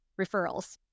referrals